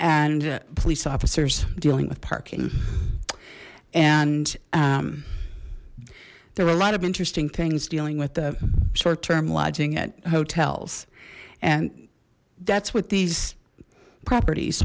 and police officers dealing with parking and there were a lot of interesting things dealing with the short term lodging at hotels and that's what these properties